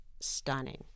stunning